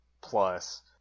Plus